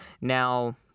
Now